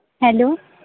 hello